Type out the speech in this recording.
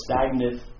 stagnant